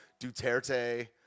Duterte